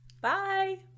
Bye